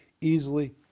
easily